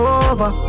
over